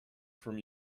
from